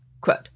Quote